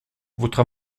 votre